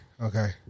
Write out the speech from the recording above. okay